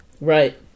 Right